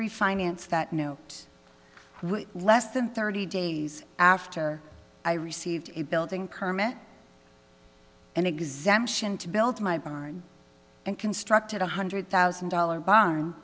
refinance that no less than thirty days after i received a building permit and exemption to build my barn and constructed one hundred thousand dollars bond